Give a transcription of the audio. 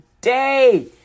day